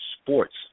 sports